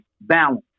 balance